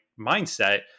mindset